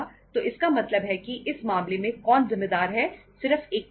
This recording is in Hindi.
तो इसका मतलब है कि इस मामले में कौन जिम्मेदार है सिर्फ एक व्यक्ति